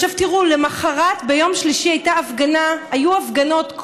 למוחרת, ביום שלישי, היו הפגנות.